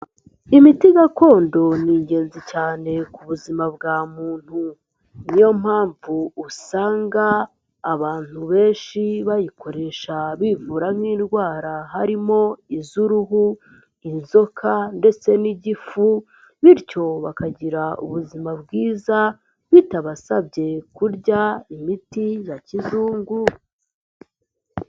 Imiti gakondo ni ingenzi cyane ku buzima bwa muntu. Ni yo mpamvu usanga abantu benshi bayikoresha bivura nk'indwara harimo iz'uruhu, inzoka ndetse n'igifu bityo bakagira ubuzima bwiza bitabasabye kurya imiti ya kizungu.